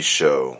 Show